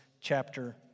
chapter